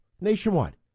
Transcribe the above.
Nationwide